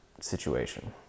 situation